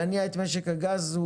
להניע את משק הגז,